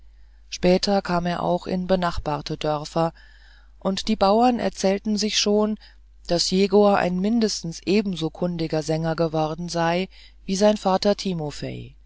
später kam er auch in die benachbarten dörfer und die bauern erzählten sich schon daß jegor ein mindestens ebenso kundiger sänger geworden sei wie sein vater timofei